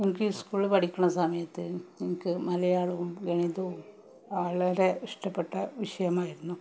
എനിക്ക് സ്കൂളില് പഠിക്കുന്ന സമയത്ത് എനിക്ക് മലയാളവും ഗണിതവും വളരെ ഇഷ്ടപ്പെട്ട വിഷയമായിരുന്നു